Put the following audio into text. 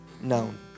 known